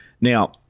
Now